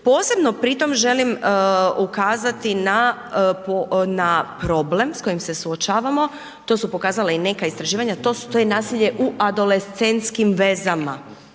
Posebno pri tom želim ukazati na problem s kojim se suočavamo, to su pokazala i neka istraživanja, to je nasilje u adolescentskim vezama